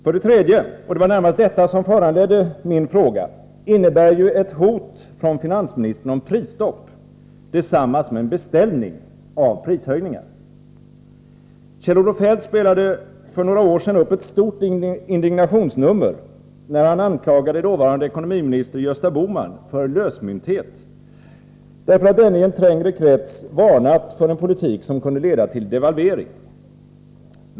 För det tredje — och det var närmast detta som föranledde min fråga — innebär ju ett hot från finansministern om prisstopp detsamma som en beställning av prishöjningar. Kjell-Olof Feldt spelade för några år sedan upp ett stort indignationshummer, när han anklagade dåvarande ekonomiminister Gösta Bohman för lösmynthet, därför att denne i en trängre krets varnat för en politik som kunde leda till devalvering.